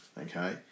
Okay